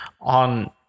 on